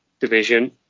division